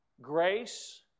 grace